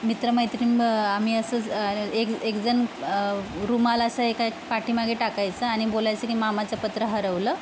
मित्र मैत्रीण ब आम्ही असंच एक एकजण रुमाल असा एका एक पाठीमागे टाकायसा आणि बोलायसं की मामाचं पत्र हरवलं